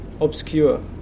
obscure